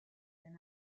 been